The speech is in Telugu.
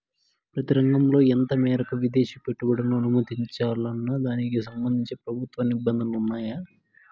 ప్రతి రంగంలో ఎంత మేరకు విదేశీ పెట్టుబడులను అనుమతించాలన్న దానికి సంబంధించి ప్రభుత్వ నిబంధనలు ఉన్నాయా?